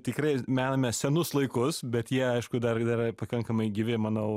tikrai mename senus laikus bet jie aišku dar ir yra pakankamai gyvi manau